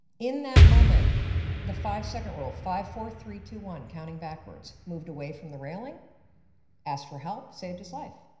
in that moment the five second rule five, four, three, two, one counting backwards moved away from the railing asked for help saved his life.